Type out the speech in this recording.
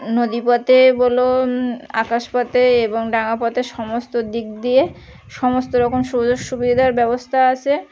নদীপথে বলুন আকাশপথে এবং ডাঙা পথে সমস্ত দিক দিয়ে সমস্ত রকম সুযোগ সুবিধার ব্যবস্থা আছে